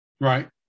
Right